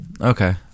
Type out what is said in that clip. Okay